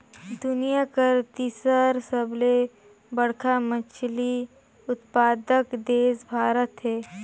दुनिया कर तीसर सबले बड़खा मछली उत्पादक देश भारत हे